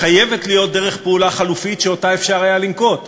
חייבת להיות דרך פעולה חלופית שאפשר היה לנקוט אותה,